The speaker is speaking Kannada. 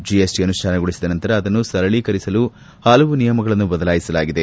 ಜಿಎಸ್ಟಿ ಅನುಷ್ಣಾನಗೊಳಿಸಿದ ನಂತರ ಅದನ್ನು ಸರಳೀಕರಿಸಲು ಹಲವು ನಿಯಮಗಳನ್ನು ಬದಲಾಯಿಸಲಾಗಿದೆ